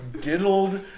diddled